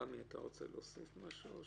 רמי, אתה רוצה להוסיף משהו?